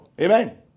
Amen